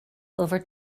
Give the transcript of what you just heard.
over